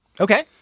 Okay